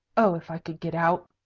oh, if i could get out!